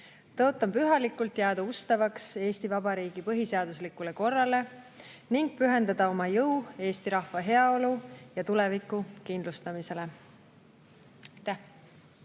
Tõotan pühalikult jääda ustavaks Eesti Vabariigi põhiseaduslikule korrale ning pühendada oma jõu eesti rahva heaolu ja tuleviku kindlustamisele.